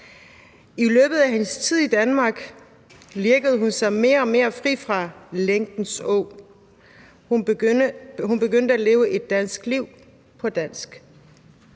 I løbet af sin tid i Danmark lirkede hun sig mere og mere fri af lænken. Hun begyndte at leve et dansk liv på dansk